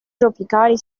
tropicali